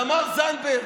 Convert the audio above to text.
תמר זנדברג,